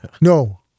no